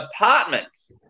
apartments